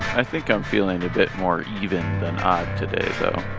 i think i'm feeling a bit more even than odd today though